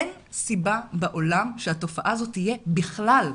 אין סיבה בעולם שהתופעה הזאת תהיה בכלל.